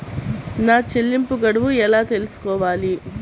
నా చెల్లింపు గడువు ఎలా తెలుసుకోవాలి?